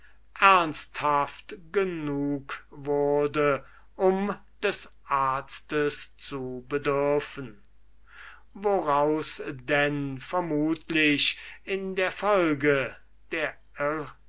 ernsthaft genug wurde um des arztes zu bedürfen woraus denn vermutlich in der folge der